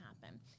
happen